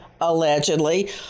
allegedly